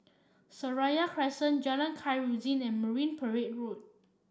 Seraya Crescent Jalan Khairuddin and Marine Parade Road